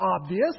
obvious